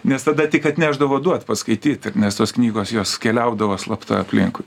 nes tada tik atnešdavo duot paskaityt ir nes tos knygos jos keliaudavo slapta aplinkui